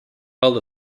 held